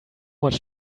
much